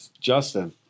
Justin